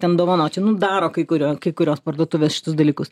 ten dovanoti nu daro kai kurio kai kurios parduotuvės šitus dalykus